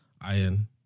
iron